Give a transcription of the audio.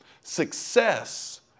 Success